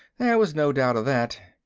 there was no doubt of that.